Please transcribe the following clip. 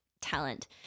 talent